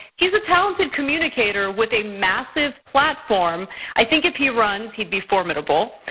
he's a talented communicator with a massive platform. i think if he runs, he'd be formidable.